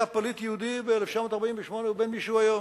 פליט יהודי ב-1948 ובין מי שהוא היום.